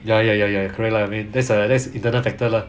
ya ya ya ya ya correct lah I mean that's a that's a internal factor lah